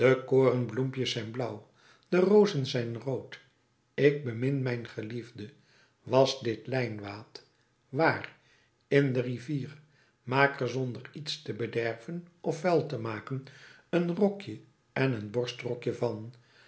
korenbloempjes zijn blauw de rozen zijn rood ik bemin mijn geliefde wasch dit lijnwaad waar in de rivier maak er zonder iets te bederven of vuil te maken een rokje en borstrokje van